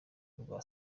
rwa